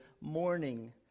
morning